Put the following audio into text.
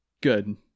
Good